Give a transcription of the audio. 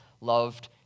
loved